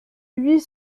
huit